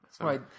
Right